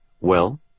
Well